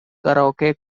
karaoke